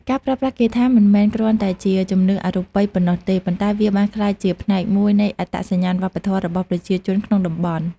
ការប្រើប្រាស់គាថាមិនមែនគ្រាន់តែជាជំនឿអបិយប៉ុណ្ណោះទេ ប៉ុន្តែវាបានក្លាយជាផ្នែកមួយនៃអត្តសញ្ញាណវប្បធម៌របស់ប្រជាជនក្នុងតំបន់។